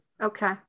Okay